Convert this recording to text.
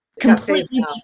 completely